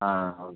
ആ ഓക്കെ